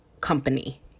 company